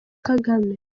kagame